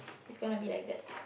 it's going to be like that